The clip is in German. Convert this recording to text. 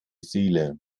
seele